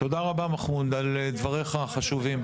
אז תודה רבה על דבריך החשובים.